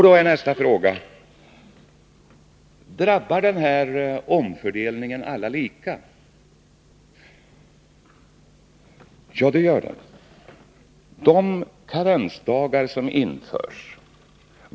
Då är nästa fråga: Drabbar denna omfördelning alla lika? Ja, det gör den.